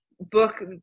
book